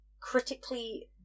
critically